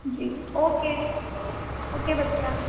जी okay okay बच्चा